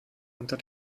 unter